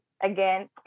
again